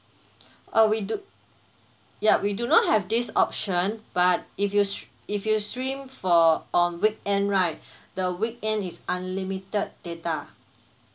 uh we do yup we do not have this option but if you st~ if you stream for on weekend right the weekend is unlimited data